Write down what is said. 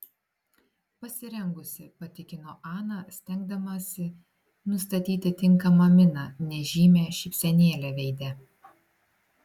pasirengusi patikino ana stengdamasi nustatyti tinkamą miną nežymią šypsenėlę veide